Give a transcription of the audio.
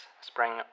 spring